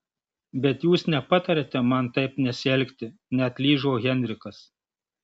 bet jūs nepatariate man taip nesielgti neatlyžo henrikas